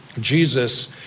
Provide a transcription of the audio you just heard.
Jesus